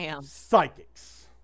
psychics